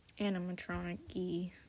animatronic-y